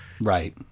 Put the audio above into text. Right